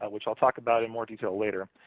ah which i'll talk about in more detail later.